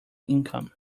income